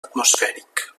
atmosfèric